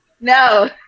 No